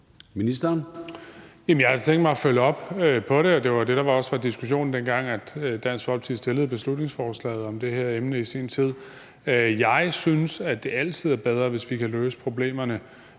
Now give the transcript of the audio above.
Jeg har tænkt mig at følge op på det, og det var det, der også var diskussionen, dengang Dansk Folkeparti fremsatte beslutningsforslaget om det her emne i sin tid. Jeg synes, at det altid er bedre, hvis vi kan løse de problemer,